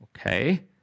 Okay